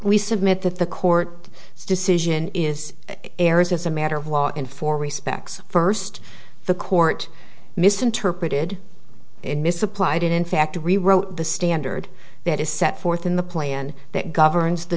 we submit that the court decision is errors as a matter of law in four respects first the court misinterpreted and misapplied in fact rewrote the standard that is set forth in the plan that governs the